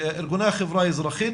ארגוני החברה האזרחית,